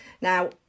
now